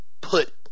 put